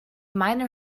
miner